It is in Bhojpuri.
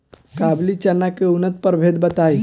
काबुली चना के उन्नत प्रभेद बताई?